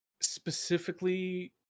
specifically